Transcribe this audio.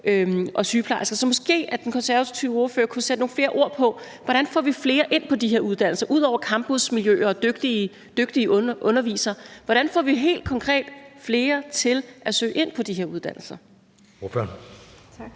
og sygeplejerske. Så måske den konservative ordfører kunne sætte nogle flere ord på, hvordan vi får flere ind på de her uddannelser. Hvad skal der, ud over campusmiljøer og dygtige undervisere, helt konkret til, for at vi får flere til at søge ind på de her uddannelser? Kl.